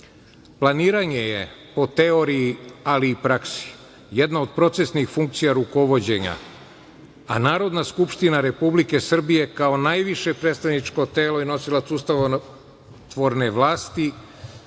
Planiranje je po teoriji, ali i praksi jedna od procesnih funkcija rukovođenja, a Narodna skupština Republike Srbije kao najviše predstavničko telo je nosilac ustavotvorne vlasti